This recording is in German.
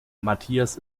matthias